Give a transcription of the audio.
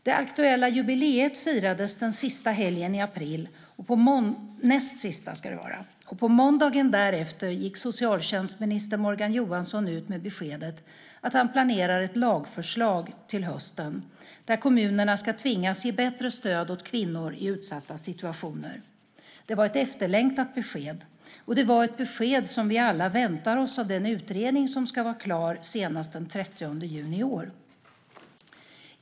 Det aktuella jubileet firades den näst sista helgen i april, och på måndagen därefter gick socialtjänstminister Morgan Johansson ut med beskedet att han planerar ett lagförslag till hösten om att kommunerna ska tvingas ge bättre stöd åt kvinnor i utsatta situationer. Det var ett efterlängtat besked. Och det var ett besked som vi alla väntar oss av den utredning som ska vara klar senast den 30 juni i år.